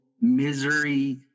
misery